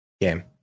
game